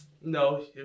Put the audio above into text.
no